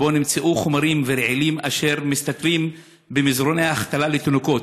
שבו נמצאו חומרים רעילים במזרוני ההחתלה לתינוקות.